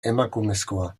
emakumezkoa